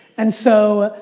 and so,